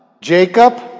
Jacob